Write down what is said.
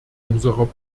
unserer